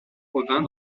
revint